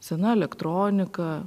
sena elektronika